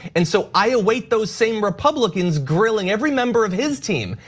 and so i await those same republicans grilling every member of his team,